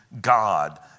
God